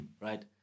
right